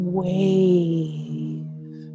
wave